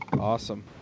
Awesome